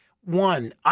one